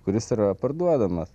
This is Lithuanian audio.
kuris yra parduodamas